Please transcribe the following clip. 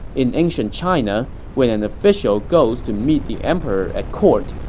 in ancient china, when an official goes to meet the emperor at court,